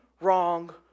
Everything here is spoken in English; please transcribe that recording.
wrong